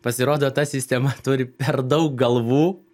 pasirodo ta sistema turi per daug galvų